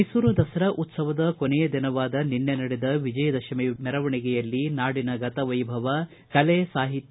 ಮೈಸೂರ ದಸರಾ ಉತ್ಸವದ ಕೊನೆಯ ದಿನವಾದ ನಿನ್ನೆ ನಡೆದ ವಿಜಯದಶಮಿ ಮೆರವಣಿಗೆಯಲ್ಲಿ ನಾಡಿನ ಗತವೈಭವ ಕಲೆ ಸಾಹಿತ್ಯ